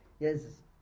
Yes